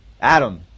Adam